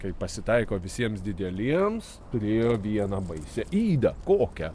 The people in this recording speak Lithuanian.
kaip pasitaiko visiems dideliems turėjo vieną baisią ydą kokią